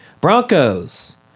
Broncos